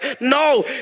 No